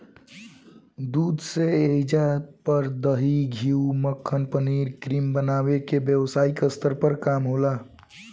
दूध से ऐइजा पर दही, घीव, मक्खन, पनीर, क्रीम बनावे के काम व्यवसायिक स्तर पर होला